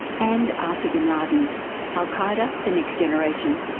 and after bin laden al qaeda, the next generation.